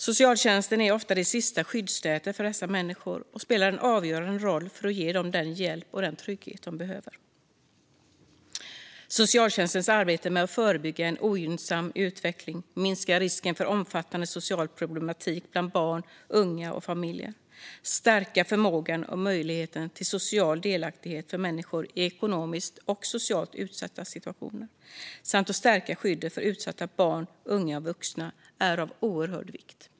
Socialtjänsten är ofta det sista skyddsnätet för dessa människor och spelar en avgörande roll för att ge dem den hjälp och den trygghet de behöver. Socialtjänstens arbete med att förebygga en ogynnsam utveckling, minska risken för omfattande social problematik bland barn, unga och familjer, stärka förmågan och möjligheten till social delaktighet för människor i ekonomiskt och socialt utsatta situationer samt stärka skyddet för utsatta barn, unga och vuxna är av oerhört stor vikt.